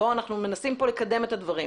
אנחנו מנסים פה לקדם את הדברים.